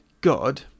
God